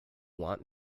want